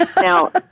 Now